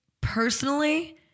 personally